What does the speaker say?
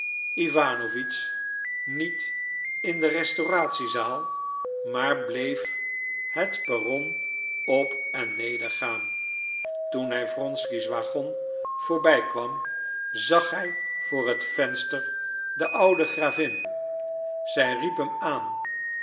iwanowitsch niet in de restauratiezaal maar bleef het perron op en nedergaan toen hij wronsky's wagon voorbij kwam zag hij voor het venster de oude gravin zij riep hem aan